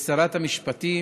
לשרת המשפטים,